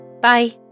Bye